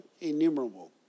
innumerable